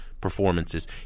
performances